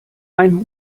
ein